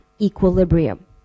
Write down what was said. equilibrium